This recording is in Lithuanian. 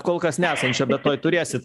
kol kas nesančio bet tuoj turėsit